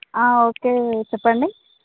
okay చెప్పండి